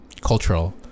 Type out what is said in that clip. cultural